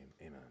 amen